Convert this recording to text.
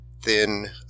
thin